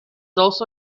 also